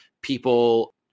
people